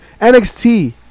NXT